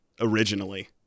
originally